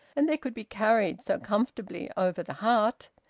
and they could be carried so comfortably over the heart,